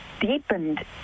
deepened